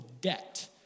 debt